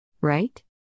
Right